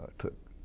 took